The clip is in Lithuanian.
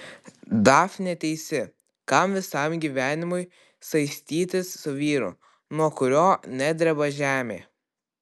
dafnė teisi kam visam gyvenimui saistytis su vyru nuo kurio nedreba žemė